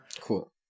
Cool